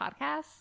podcasts